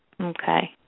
Okay